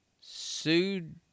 sued